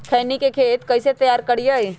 खैनी के खेत कइसे तैयार करिए?